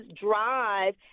drive